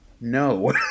No